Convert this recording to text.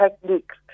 techniques